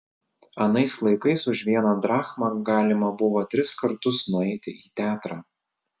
anais laikais už vieną drachmą galima buvo tris kartus nueiti į teatrą